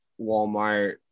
Walmart